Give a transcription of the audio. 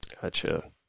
Gotcha